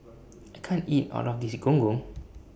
I can't eat All of This Gong Gong